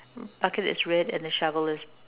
bucket is red and then shovel is